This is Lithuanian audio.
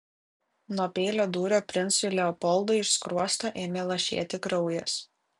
nuo peilio dūrio princui leopoldui iš skruosto ėmė lašėti kraujas